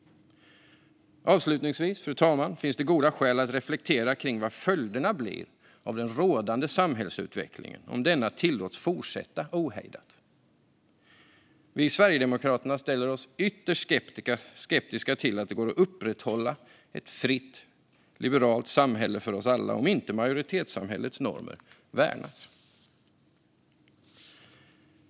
Avslutningsvis, fru talman, finns det goda skäl att reflektera kring vad följderna blir av den rådande samhällsutvecklingen om denna tillåts fortsätta ohejdat. Vi i Sverigedemokraterna ställer oss ytterst skeptiska till att det går att upprätthålla ett fritt liberalt samhälle för oss alla om inte majoritetssamhällets normer värnas.